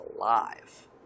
alive